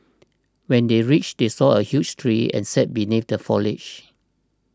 when they reached they saw a huge tree and sat beneath the foliage